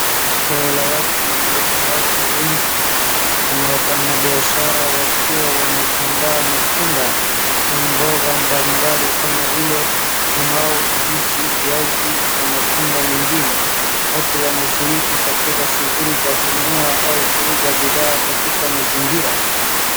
Soko la wazi lenye watu wengi, kuna wafanyabiashara wakiwa wametandaa matunda na mboga mbalimbali kama vile limau, ndizi, viazi na matunda mengine. Watu wanashiriki katika shughuli za kununua au kuuza bidhaa katika mazingira.